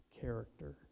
character